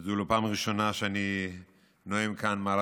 וזו לא הפעם הראשונה שאני נואם כאן מעל